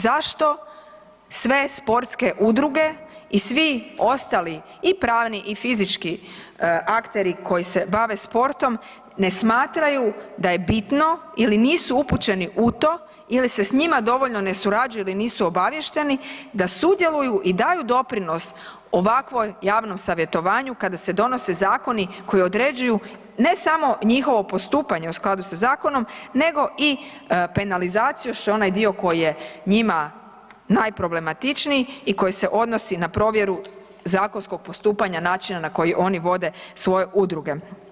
Zašto sve sportske udruge i svi ostali i pravni i fizički akteri koji se bave sportom ne smatraju da je bitno ili nisu upućeni u to ili se s njima dovoljno ne surađuje ili nisu obaviješteni da sudjeluju i daju doprinos ovakvom javnom savjetovanju kada se donose zakoni koji određuju ne samo njihovo postupanje u skladu sa zakonom nego i penalizaciju što je onaj dio koji je njima najproblematičniji i koji se odnosi na provjeru zakonskog postupanja i načina na koji oni vode svoje udruge?